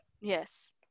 yes